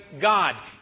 God